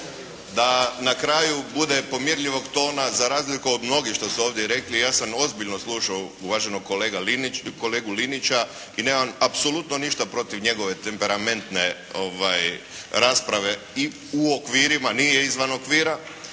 Da na kraju bude pomirljivog tona, za razliku od mnogih što su ovdje rekli, ja sam ozbiljno slušao uvaženog kolegu Linića i nemam apsolutno ništa protiv njegove temperamentne rasprave i u okvirima, nije izvan okvira